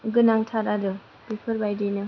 गोनांथार आरो बेफोरबायदिनो